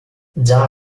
già